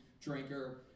drinker